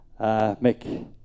Mick